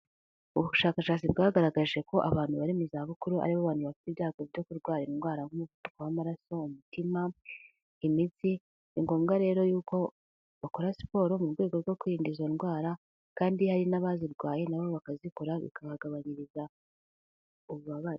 Ubushakashatsi bwagaragaje ko abantu bari mu zabukuru aribo bantu bafite ibyago byo kurwara indwara nk'umuvuduko w'amaraso umutima imiti, ni ngombwa rero yuko bakora siporo mu rwego rwo kwirinda izo ndwara kandi hari n'abazirwaye nabo bakazikora bikabagabanyiriza ububabare.